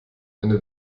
eine